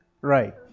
Right